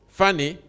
funny